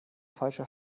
falscher